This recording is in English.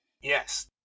yes